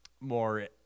more